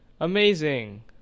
Amazing